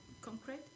concrete